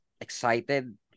excited